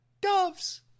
Doves